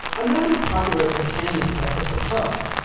another popular companion pet is the pug.